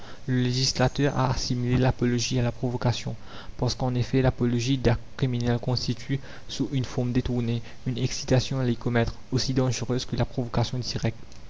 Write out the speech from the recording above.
législateur a assimilé l'apologie à la provocation parce qu'en effet l'apologie d'actes criminels constitue sous une forme détournée une excitation à les commettre aussi dangereuse que la provocation directe